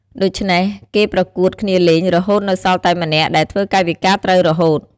ដូច្នេះ គេប្រកួតគ្នាលេង រហូតនៅសល់តែម្នាក់ ដែលធ្វើកាយវិការត្រូវរហូត។